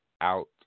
out